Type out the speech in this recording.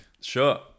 Sure